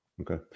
Okay